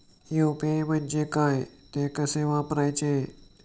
UPI म्हणजे काय, ते कसे वापरायचे?